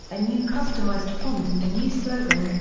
a new customized font and a new slogan,